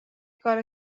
کار